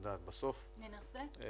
ננסה.